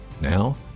Now